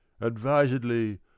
ADVISEDLY